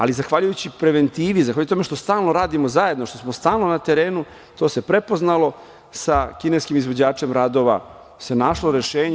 Ali, zahvaljujući preventivi, zahvaljujući tome što stalno radimo zajedno, što smo stalno na terenu, to se prepoznalo sa kineskim izvođačem radova se našlo rešenje.